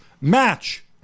Match